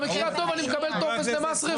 במקרה הטוב אני מקבל טופס למס רכוש.